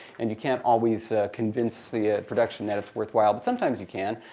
and you can't always convince the ah production that it's worthwhile, but sometimes, you can.